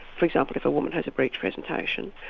for example if a woman has a breech presentation,